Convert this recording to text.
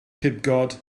pibgod